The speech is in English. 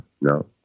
No